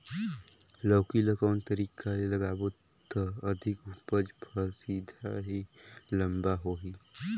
लौकी ल कौन तरीका ले लगाबो त अधिक उपज फल सीधा की लम्बा होही?